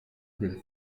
del